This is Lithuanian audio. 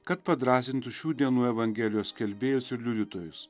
kad padrąsintų šių dienų evangelijos skelbėjus ir liudytojus